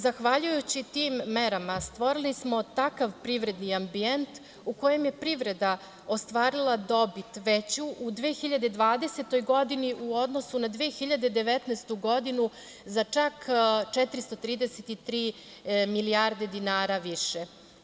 Zahvaljujući tim merama stvorili smo takav privredni ambijent u kojem je privreda ostvarila dobit veću u 2020. godini u odnosu na 2019. godinu za čak 433 milijarde dinara više.